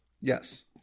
Yes